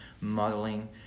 modeling